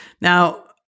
Now